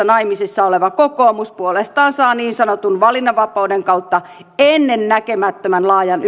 naimisissa oleva kokoomus puolestaan saa niin sanotun valinnanvapauden kautta ennennäkemättömän laajan